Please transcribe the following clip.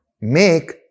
make